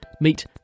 Meet